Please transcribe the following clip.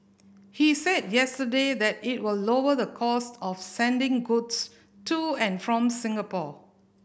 he said yesterday that it will lower the cost of sending goods to and from Singapore